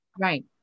Right